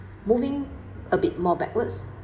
moving a bit more backwards